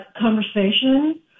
conversation